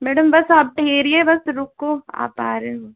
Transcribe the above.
madam बस आप ठहरिए बस रुको आप हम आ रहें